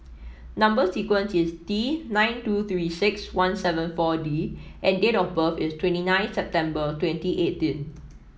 number sequence is T nine two Three six one seven four D and date of birth is twenty nine September twenty eighteen